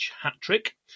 hat-trick